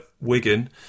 Wigan